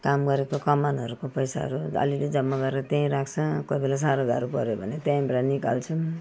काम गरेको कमानहरूको पैसाहरू अलिअलि जम्मा गरेर त्यहीँ राख्छ कोही बेला साह्रो गाह्रो पऱ्यो भने त्यहीँबाट निकाल्छौँ